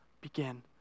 begin